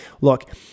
Look